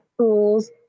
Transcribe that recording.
tools